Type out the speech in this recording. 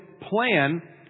plan